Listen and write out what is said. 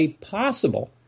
possible